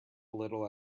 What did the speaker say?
little